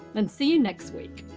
and see you next week.